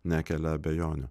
nekelia abejonių